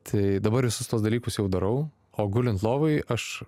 tai dabar visus tuos dalykus jau darau o gulint lovoj aš